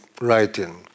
writing